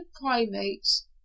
primates